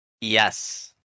Yes